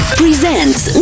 presents